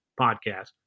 podcast